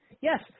Yes